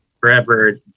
forever